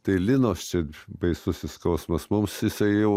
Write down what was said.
tai linos čia baisusis skausmas mums jisai jau